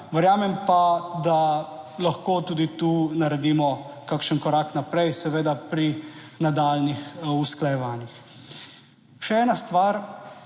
Verjamem pa, da lahko tudi tu naredimo kakšen korak naprej, seveda pri nadaljnjih usklajevanjih. Še ena stvar